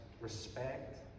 respect